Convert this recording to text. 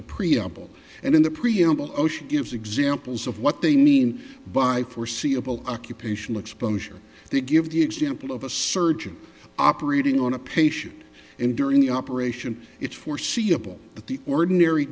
the preamble and in the preamble ocean gives examples of what they mean by foreseeable occupational exposure they give the example of a surgeon operating on a patient and during the operation it's foreseeable